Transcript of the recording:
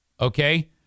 Okay